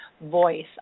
voice